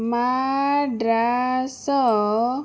Madras